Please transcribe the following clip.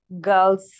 girls